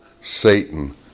Satan